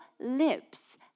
lips